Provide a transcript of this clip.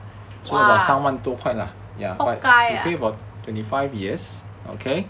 !wah! pok kai ah